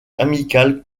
amical